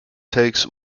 takes